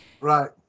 right